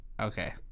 Okay